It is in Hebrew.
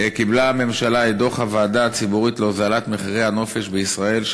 קיבלה הממשלה את דוח הוועדה הציבורית להוזלת מחירי הנופש בישראל,